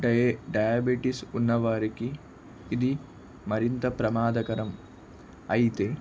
die diabetes ఉన్నవారికి ఇది మరింత ప్రమాదకరం అయితే